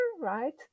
right